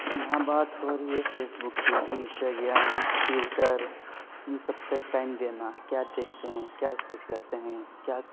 یہاں بات ہو رہی ہے فیسبک کی انسٹاگرام ٹیوٹر ان سب پہ ٹائم دینا کیا دیکھتے ہیں کیا سرچ کرتے ہیں کیا